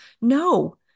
No